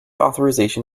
authorisation